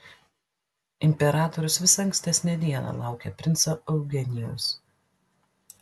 imperatorius visą ankstesnę dieną laukė princo eugenijaus